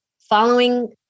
Following